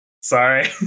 Sorry